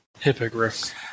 hippogriff